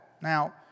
Now